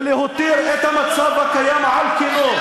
אני מסכים, אבל, ולהותיר את המצב הקיים על כנו.